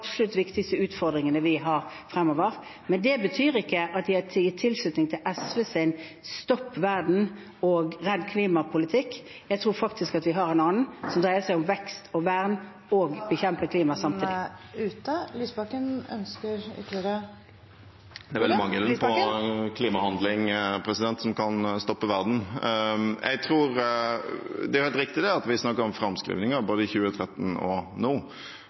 utfordringene vi har fremover. Men det betyr ikke at jeg gir tilslutning til SVs «stopp verden og redd klimaet»-politikk. Vi har en annen, som dreier seg om vekst og vern, og at man kan bekjempe klimautfordringer samtidig. Det blir oppfølgingsspørsmål – Audun Lysbakken. Det er vel mangelen på klimahandling som kan stoppe verden. Det er helt riktig at vi snakker om framskrivninger, både i 2013 og nå,